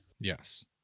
Yes